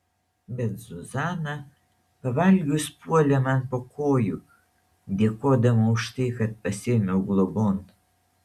bet zuzana pavalgius puolė man po kojų dėkodama už tai kad pasiėmiau globon